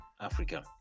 Africa